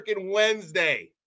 Wednesday